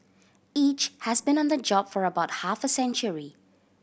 each has been on the job for about half a century